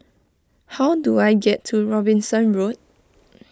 how do I get to Robinson Road